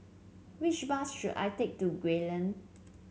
which bus should I take to Gray Lane